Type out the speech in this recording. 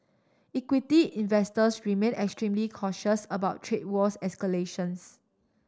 equity investors remain extremely cautious about trade wars escalations